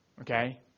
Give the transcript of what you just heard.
Okay